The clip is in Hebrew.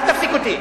אל תפסיק אותי.